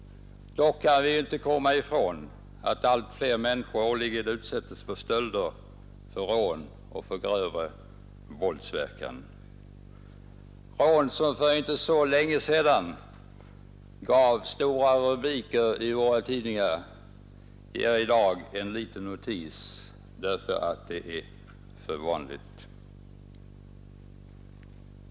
Dock kan vi inte komma ifrån att för varje år allt fler människor utsätts för stölder, för rån och för grövre våldsbrott. Rån, som för inte så länge sedan gav stora rubriker i våra tidningar, ger i dag bara en liten notis, därför att de är så vanliga.